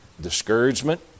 discouragement